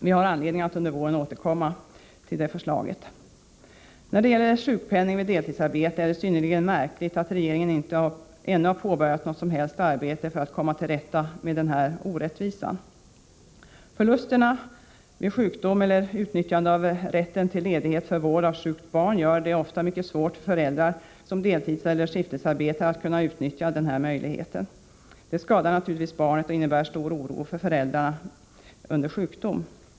Vi har anledning att under våren återkomma till detta förslag. När det gäller sjukpenning vid deltidsarbete är det synnerligt märkligt att regeringen inte ännu har påbörjat något som helst arbete för att komma till rätta med denna orättvisa. Förlusterna vid sjukdom eller vid utnyttjande av rätten till ledighet för vård av sjukt barn gör det ofta mycket svårt för föräldrar som deltidseller skiftarbetar att kunna utnyttja denna möjlighet. Detta skadar naturligtvis barnet och innebär stor oro för föräldrarna under sjukdom.